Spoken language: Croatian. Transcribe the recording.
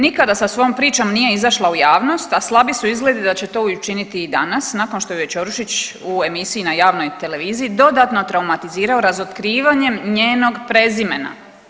Nikada sa svojom pričom nije izašla u javnost, a slabi su izgledi da će to učiniti i danas nakon što ju je Ćorušić u emisiji na javnoj televiziji dodatno traumatizirao razotkrivanjem njenog prezimena.